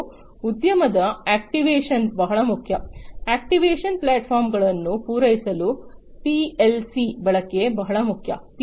ಮತ್ತು ಉದ್ಯಮದ ಆಕ್ಟಿವೇಷನ್ ಬಹಳ ಮುಖ್ಯ ಆಕ್ಟಿವೇಷನ್ ಪ್ಲಾಟ್ಫಾರ್ಮ್ಗಳನ್ನು ಪೂರೈಸಲು ಪಿಎಲ್ಸಿಯ ಬಳಕೆ ಬಹಳ ಮುಖ್ಯ